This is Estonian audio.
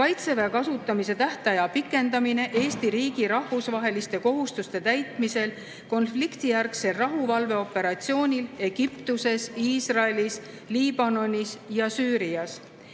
"Kaitseväe kasutamise tähtaja pikendamine Eesti riigi rahvusvaheliste kohustuste täitmisel konfliktijärgsel rahuvalveoperatsioonil Egiptuses, Iisraelis, Liibanonis ja Süürias".